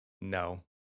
No